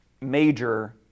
major